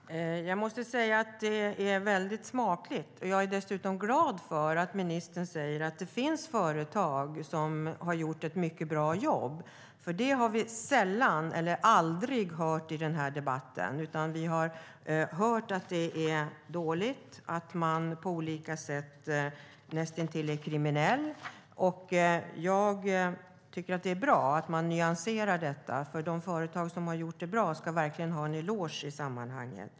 Herr talman! Jag måste säga att det är smakligt att ministern säger att det finns företag som har gjort ett mycket bra jobb. Det är jag glad för. Det har vi sällan eller aldrig hört i debatten, utan vi har hört att det är dåligt och att företagen på olika sätt är näst intill kriminella. Jag tycker att det är bra att detta nyanseras, för de företag som har gjort det bra ska verkligen ha en eloge i sammanhanget.